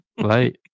right